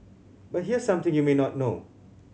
but here's something you may not know